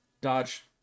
Dodge